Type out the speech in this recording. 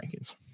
rankings